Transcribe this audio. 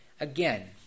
again